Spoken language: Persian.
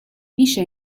میشه